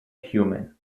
human